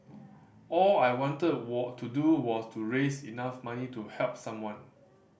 all I wanted to do was to raise enough money to help someone